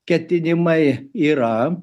ketinimai yra